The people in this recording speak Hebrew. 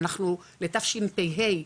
אנחנו ב-תשפ"ה,